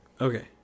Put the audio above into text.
Okay